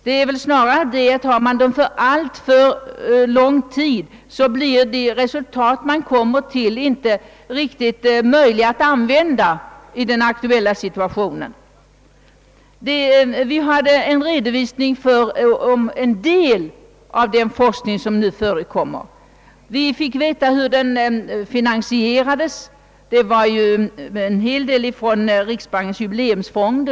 Det är väl snarare så att om utredningarna tar alltför lång tid på sig, så blir det inte möjligt att utnyttja resultaten i den aktuella situationen. Vi fick också en redovisning för en del av den forskning som nu bedrivs och vi fick veta hur den finansierades. Det framgick att finansieringen till stor del skedde med anslag från Riksbankens jubileumsfond.